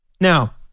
Now